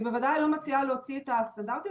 אני בוודאי לא מציעה להוציא את הסטנדרטים,